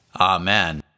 Amen